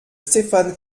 stéphane